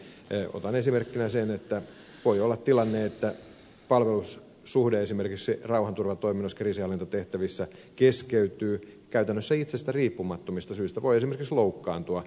otan esimerkkinä sen että voi olla tilanne että palvelussuhde esimerkiksi rauhanturvatoiminnoissa kriisinhallintotehtävissä keskeytyy käytännössä itsestä riippumattomista syistä voi esimerkiksi loukkaantua